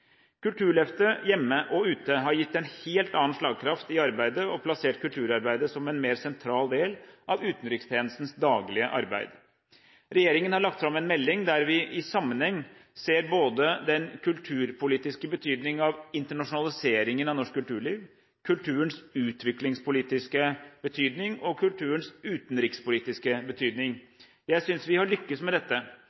Kulturløftet hjemme og ute har gitt en helt annen slagkraft i arbeidet og plassert kulturarbeidet som en mer sentral del av utenrikstjenestens daglige arbeid. Regjeringen har lagt fram en melding der vi i sammenheng ser på både den kulturpolitiske betydning av internasjonaliseringen av norsk kulturliv, kulturens utviklingspolitiske betydning og kulturens utenrikspolitiske betydning.